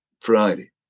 Friday